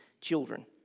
children